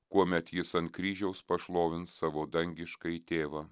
kuomet jis ant kryžiaus pašlovins savo dangiškąjį tėvą